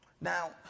Now